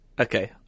Okay